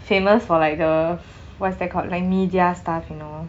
famous for like the what's that called like media stuff you know